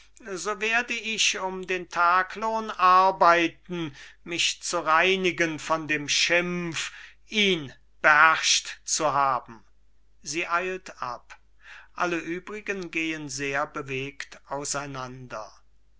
so werde ich um den taglohn arbeiten mich zu reinigen von dem schimpf ihn beherrscht zu haben sie eilt ab alle übrigen gehen sehr bewegt auseinander